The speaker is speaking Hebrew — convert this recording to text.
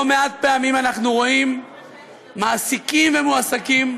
לא מעט פעמים אנחנו רואים מעסיקים ומועסקים,